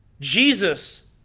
Jesus